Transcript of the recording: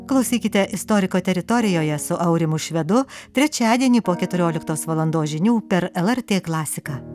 klausykite istoriko teritorijoje su aurimu švedu trečiadienį po keturioliktos valandos žinių per lrt klasiką